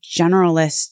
generalist